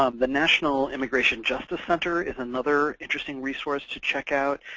um the national immigration justice center is another interesting resource to check out.